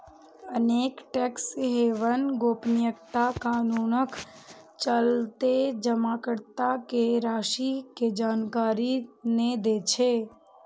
अनेक tax haven गोपनीयता कानूनक चलते जमाकर्ता के राशि के जानकारी नै दै छै